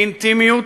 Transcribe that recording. באינטימיות